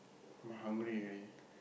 I'm hungry already